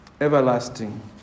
everlasting